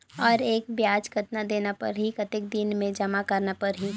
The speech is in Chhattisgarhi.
और एकर ब्याज कतना देना परही कतेक दिन मे जमा करना परही??